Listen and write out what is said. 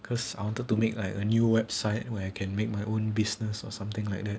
because I wanted to make like a new website where I can make my own business or something like that